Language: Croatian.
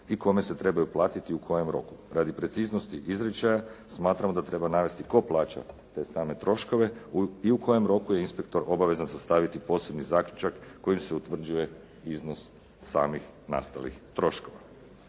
i kome se trebaju platiti i u kojem roku. Radi preciznosti izričaja smatramo da treba navesti tko plaća te same troškove i u kojem roku je inspektor obvezan sastaviti poseban zaključak kojim se utvrđuje iznos samih nastalih troškova.